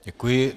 Děkuji.